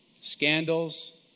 scandals